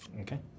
Okay